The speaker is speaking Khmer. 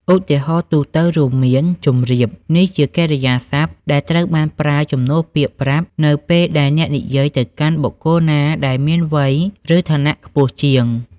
ឧទាហរណ៍ទូទៅរួមមាន ជម្រាប នេះជាកិរិយាសព្ទដែលត្រូវបានប្រើជំនួសពាក្យ ប្រាប់ នៅពេលដែលអ្នកនិយាយទៅកាន់បុគ្គលណាដែលមានវ័យ ឬឋានៈខ្ពស់ជាង។